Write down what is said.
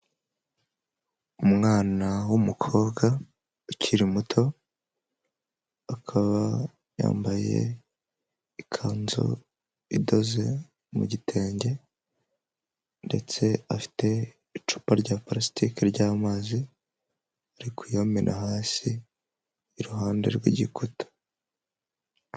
Umwana wumukobwa ukiri muto akaba yambaye ikanzu idoze mu gitenge, ndetse afite icupa rya palasitike ry'amazi, ari kuyamena hasi iruhande rw'igikuta.